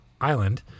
Island